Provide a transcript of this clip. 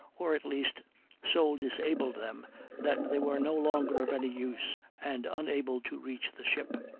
or at least so disabled them that they were no longer of any use and unable to reach the ship